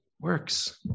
works